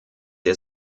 der